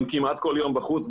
הם כמעט כל יום בחוץ,